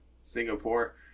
Singapore